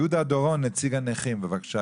יהודה דורון, נציג הנכים, בבקשה.